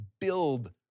build